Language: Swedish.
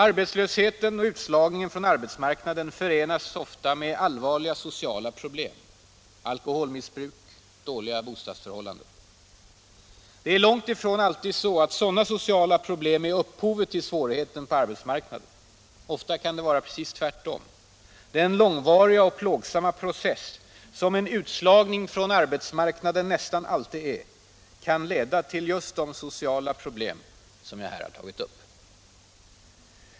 Arbetslösheten och utslagningen från arbetsmarknaden förenas ofta med allvarliga sociala problem som alkoholmissbruk och dåliga bostadsförhållanden. Det är långt ifrån alltid så att sådana sociala problem är upphovet till svårigheterna på arbetsmarknaden. Ofta kan det vara tvärtom. Den långvariga och plågsamma process, som en utslagning från arbetsmarknaden nästan alltid är, kan leda till de sociala problem som jag här tagit upp.